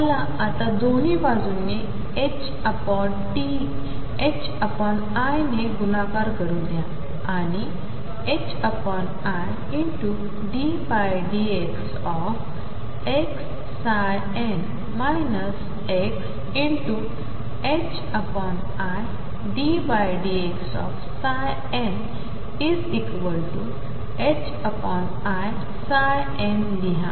मला आता दोन्ही बाजूंना i ने गुणाकार करू द्या आणि i ddxxn xi dndxi nलिहा